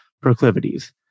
proclivities